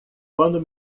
quando